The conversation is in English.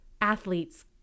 athletes